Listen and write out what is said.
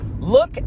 Look